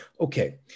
okay